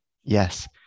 Yes